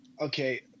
Okay